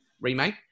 Remake